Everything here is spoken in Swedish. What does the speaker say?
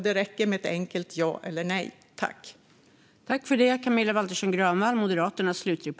Det räcker med ett enkelt ja eller nej.